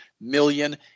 million